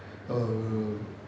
err